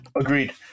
Agreed